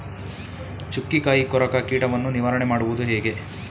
ಚುಕ್ಕಿಕಾಯಿ ಕೊರಕ ಕೀಟವನ್ನು ನಿವಾರಣೆ ಮಾಡುವುದು ಹೇಗೆ?